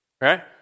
right